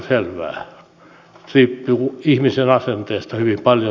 se riippuu ihmisen asenteesta hyvin paljon